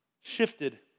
shifted